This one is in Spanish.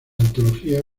antología